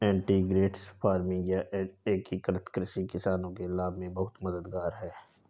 integrated farming या एकीकृत कृषि किसानों के लाभ में बहुत मददगार है